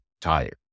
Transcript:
tired